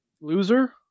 Loser